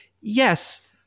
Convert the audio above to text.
Yes